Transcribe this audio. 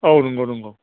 औ नंगौ नंगौ